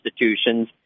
institutions